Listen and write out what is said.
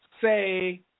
say